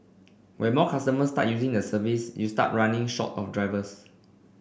when more customers start using the service you start running short of drivers